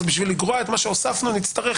אז בשביל לגרוע את מה שהוספנו נצטרך